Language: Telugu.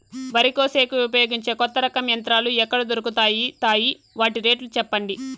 వరి కోసేకి ఉపయోగించే కొత్త రకం యంత్రాలు ఎక్కడ దొరుకుతాయి తాయి? వాటి రేట్లు చెప్పండి?